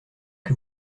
que